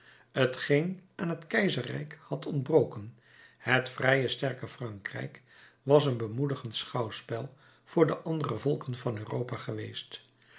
t geen aan het keizerrijk had ontbroken het vrije sterke frankrijk was een bemoedigend schouwspel voor de andere volken van europa geweest